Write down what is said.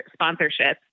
sponsorships